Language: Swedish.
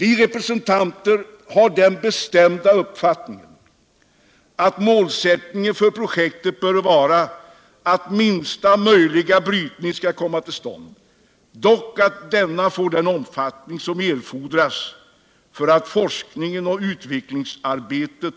Vi reservanter har den bestämda uppfattningen att målsättningen för projektet bör vara att minsta möjliga brytning skall komma till stånd, dock att denna får den omfattning som erfordras för att forskningen och utvecklingsarbetet